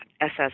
SS